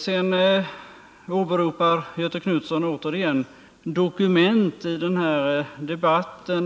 Sedan åberopar Göthe Knutson återigen ”dokument” i den här debatten.